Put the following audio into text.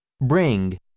Bring